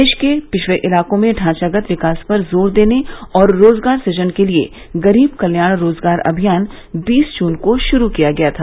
देश के पिछड़े इलाकों में ढांचागत विकास पर जोर देने और रोजगार सृजन के लिए गरीब कल्योण रोजगार अभियान बीस जून को शुरू किया गया था